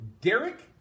Derek